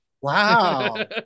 Wow